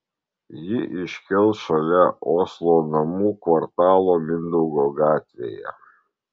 ji iškils šalia oslo namų kvartalo mindaugo gatvėje